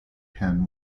pen